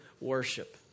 worship